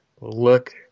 look